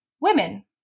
women